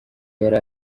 yari